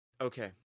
Okay